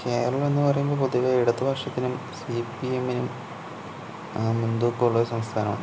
കേരളം എന്ന് പറയുമ്പോൾ പൊതുവേ ഇടത് പക്ഷത്തിനും സിപിഎമ്മിനും മുൻതൂക്കമുള്ള ഒരു സംസ്ഥാനമാണ്